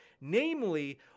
Namely